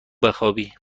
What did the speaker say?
بخوابی